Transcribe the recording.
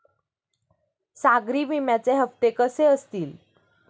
सागरी विम्याचे हप्ते कसे असतील?